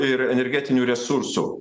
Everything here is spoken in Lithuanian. ir energetinių resursų